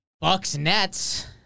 Bucks-Nets